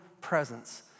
presence